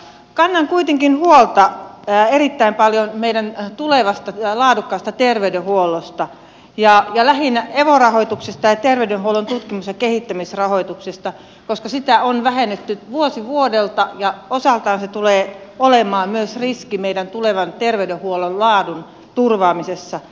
kannan kuitenkin huolta erittäin paljon meidän tulevasta ja laadukkaasta terveydenhuollosta ja lähinnä evo rahoituksesta ja terveydenhuollon tutkimus ja kehittämisrahoituksesta koska sitä on vähennetty vuosi vuodelta ja osaltaan se tulee olemaan myös riski meidän tulevan terveydenhuollon laadun turvaamisessa